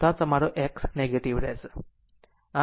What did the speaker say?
આમ તે તમારો X નેગેટિવ રહેશે